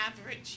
average